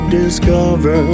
discover